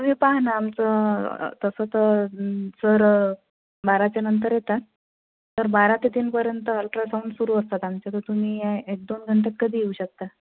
तुम्ही पहा ना आमचं तसं तर सर बाराच्यानंतर येतात तर बारा ते तीनपर्यंत अल्ट्रासाउंड सुरू असतात आमचे तर तुम्ही एक दोन नंतर कधीही येऊ शकता